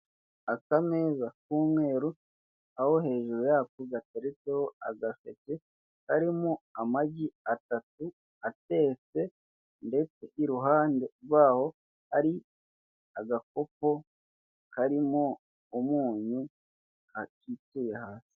Akameza k'umweru, aho hejuru yako gateretseho agaseke, karimo amagi atatu, atetse, ndetse iruhande rwaho hari agakopo karimo umunyu, kituye hasi.